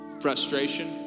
Frustration